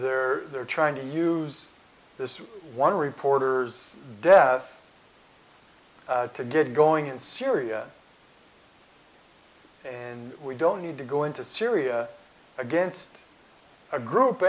there they're trying to use this one reporter's death to get going in syria and we don't need to go into syria against a group